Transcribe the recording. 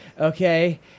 Okay